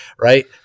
right